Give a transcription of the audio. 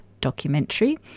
documentary